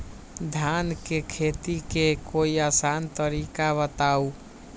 धान के खेती के कोई आसान तरिका बताउ?